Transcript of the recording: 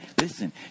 listen